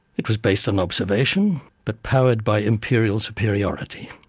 it was based on observation, but powered by imperial superiority.